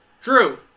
Drew